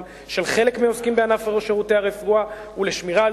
של חלק מהעוסקים בענף שירותי הרפואה ולשמירה על